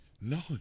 no